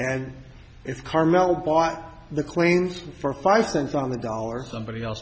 and it's carmel bought the claims for five cents on the dollar somebody else